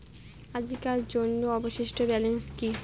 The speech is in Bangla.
আজিকার জন্য অবশিষ্ট ব্যালেন্স কি?